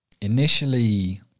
initially